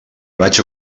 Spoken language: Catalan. vaig